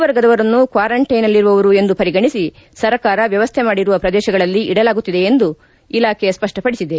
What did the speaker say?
ವರ್ಗದವರನ್ನು ಕ್ವಾರಂಟೈನ್ನಲ್ಲಿರುವವರು ಎಂದು ಪರಿಗಣಿಸಿ ಸರ್ಕಾರ ವ್ಯವಸ್ಥೆ ಮಾಡಿರುವ ಪ್ರದೇಶಗಳಲ್ಲಿ ಇಡಲಾಗುತ್ತಿದೆ ಎಂದು ಇಲಾಖೆ ಸ್ಪಪ್ಪಪಡಿಸಿದೆ